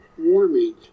warming